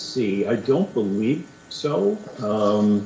see i don't believe so